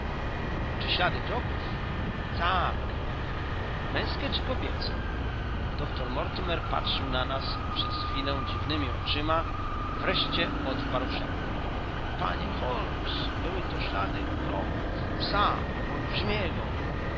czy ślady kroków tak męzkie czy kobiece doktor mortimer patrzył na nas przez chwilę dziwnemi oczyma wreszcie odparł szeptem panie holmes były ślady kroków psa olbrzymiego